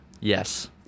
Yes